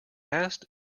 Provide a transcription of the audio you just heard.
asked